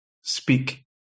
speak